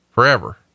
forever